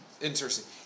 interesting